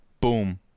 Boom